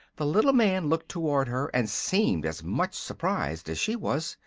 the little man looked toward her and seemed as much surprised as she was.